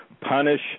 punish